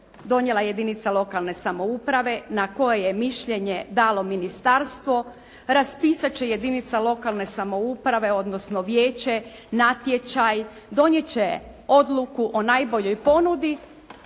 donijela jedinica lokalne samouprave na koje je mišljenje dalo ministarstvo raspisat će jedinica lokalne samouprave odnosno vijeće natječaj, donijet će odluku o najboljoj ponudi.